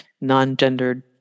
non-gendered